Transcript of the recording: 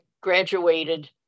graduated